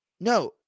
No